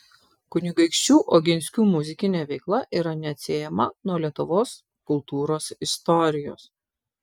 kunigaikščių oginskių muzikinė veikla yra neatsiejama nuo lietuvos kultūros istorijos